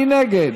מי נגד?